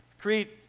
create